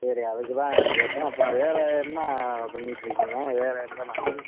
சரி அதுக்கு தான் கேட்டேன் அப்புறம் வேற என்ன பண்ணிகிட்ருக்கீங்க வேற எந்த மாதிரி